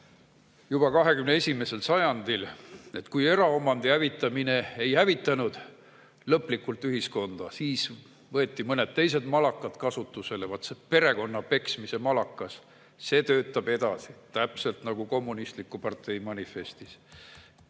edasi 21. sajandil. Kui eraomandi hävitamine ei hävitanud lõplikult ühiskonda, siis võeti mõned teised malakad kasutusele. Vaat see perekonna peksmise malakas – see töötab edasi täpselt nagu "Kommunistliku partei manifestis".